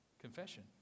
Confession